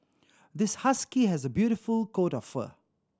this husky has a beautiful coat of fur